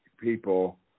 people